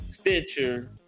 Stitcher